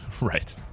Right